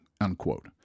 unquote